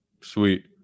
Sweet